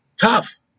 Tough